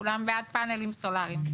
כולם בעד פנלים סולריים.